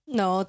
no